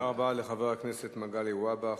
תודה לחבר הכנסת מגלי והבה.